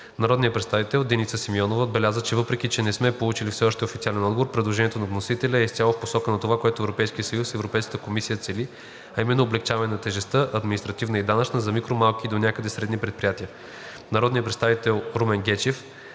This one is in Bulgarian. Народният представител Деница Симеонова отбеляза, че въпреки че не сме получили все още официален отговор, предложението на вносителите е изцяло в посока на това, което Европейският съюз и Европейската комисия целят, а именно облекчаване на тежестта – административна и данъчна, за микро-, малки и донякъде средни предприятия. Народният представител Румен Гечев